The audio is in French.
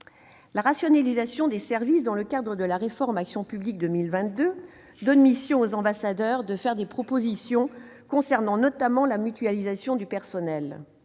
La rationalisation des services dans le cadre de la réforme « Action publique 2022 » donne mission aux ambassadeurs de faire des propositions concernant notamment la mutualisation du personnel.